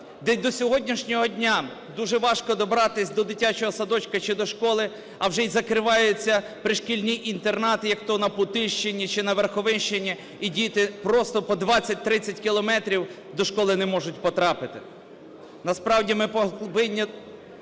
до сьогоднішнього дня дуже важко добратись до дитячого садочка чи до школи, а вже і закриваються пришкільні інтернати, як-то на Путильщині чи на Верховинщині, і діти просто по 20-30 кілометрів до школи не можуть потрапити. Насправді ми повинні